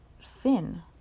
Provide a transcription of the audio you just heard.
sin